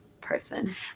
person